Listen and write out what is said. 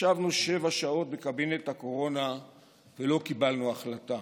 ישבנו שבע שעות בקבינט הקורונה ולא קיבלנו החלטה.